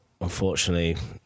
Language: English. unfortunately